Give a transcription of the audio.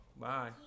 Bye